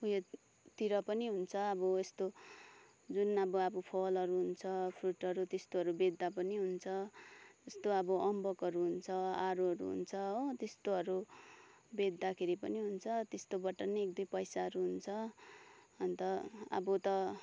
उयोतिर पनि हुन्छ अब यस्तो जुन अब अब फलहरू हुन्छ फ्रुटहरू त्यस्तोहरू बेच्दा पनि हुन्छ यस्तो अब अम्बकहरू हुन्छ आरूहरू हुन्छ हो त्यस्तोहरू बेच्दाखेरि पनि हुन्छ त्यस्तोबाट पनि एक दुई पैसाहरू हुन्छ अन्त अब त